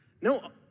No